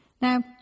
Now